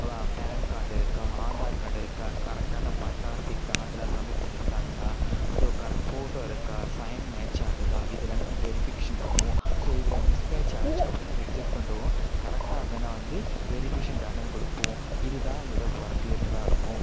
pan card இருக்கா Aadhaar card இருக்கா கரெக்டான பட்டா சிட்டா அதுலாம் சப்மிட் பண்ணிருக்காங்களா ஸோ கர ஃபோட்டோ இருக்கா சைன் மேட்ச் ஆகுதா இது எல்லாமே வெரிஃபிகேஷன் பண்ணுவோம் ஸோ இதில் மிஸ் மேட்ச் ஆயிடுச்சு அப்படின்னா ரிஜெக்ட் பண்ணிவிடுவோம் கரெக்டாக இருந்துதுன்னா வந்து வெரிஃபிகேஷன் டன்னுன்னு கொடுப்போம் இது தான் எங்களோடைய ஒர்க் ரிலேட்டடாக இருக்கும்